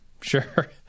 sure